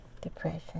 Depression